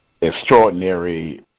extraordinary